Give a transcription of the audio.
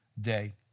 day